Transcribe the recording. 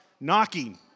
knocking